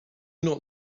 not